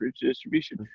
Distribution